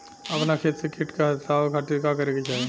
अपना खेत से कीट के हतावे खातिर का करे के चाही?